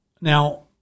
Now